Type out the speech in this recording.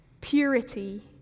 Purity